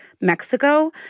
Mexico